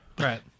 Right